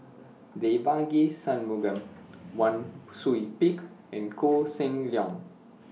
Devagi Sanmugam Wang Sui Pick and Koh Seng Leong